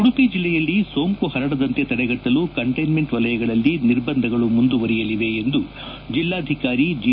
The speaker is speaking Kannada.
ಉಡುಪಿ ಜಿಲ್ಲೆಯಲ್ಲಿ ಸೋಂಕು ಹರಡದಂತೆ ತಡೆಗಟ್ನಲು ಕಂಟ್ಟಿನ್ಮೆಂಟ್ ವಲಯಗಳಲ್ಲಿ ನಿರ್ಬಂಧಗಳು ಮುಂದುವರೆಯಲಿವೆ ಎಂದು ಜಿಲ್ಲಾಧಿಕಾರಿ ಜಿ